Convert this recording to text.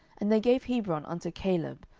and they gave hebron unto caleb,